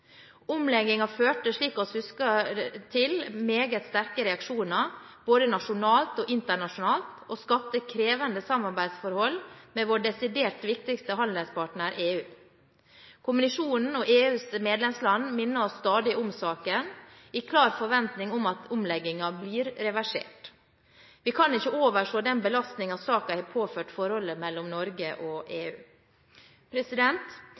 førte, som vi husker, til meget sterke reaksjoner, både nasjonalt og internasjonalt, og skapte krevende samarbeidsforhold med vår desidert viktigste handelspartner, EU. Kommisjonen og EUs medlemsland minner oss stadig om saken, i klar forventning om at omleggingen blir reversert. Vi kan ikke overse den belastningen saken har påført forholdet mellom Norge og